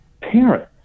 Parents